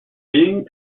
being